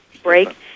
break